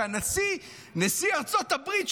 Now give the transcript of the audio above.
נשיא ארצות הברית,